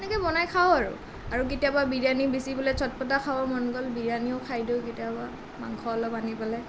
এনেকৈ বনাই খাওঁ আৰু আৰু কেতিয়াবা বিৰিয়ানি বেছি বোলে ছটপটা খাব মন গ'ল বিৰিয়ানিও খাই দিওঁ কেতিয়াবা মাংস অলপ আনি পেলাই